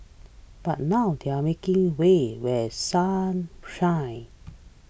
but now they are making way while sun shines